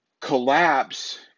collapse